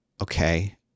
okay